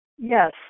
Yes